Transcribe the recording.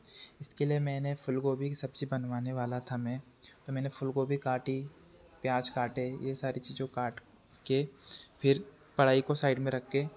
इसके लिए मैंने फूल गोभी की सब्ज़ी बनवाने वाला था मैं तो मैंने फूल गोभी काटी प्याज़ काटे यह सारी चीज़ें काट कर फिर पड़ाई को साइड में रख कर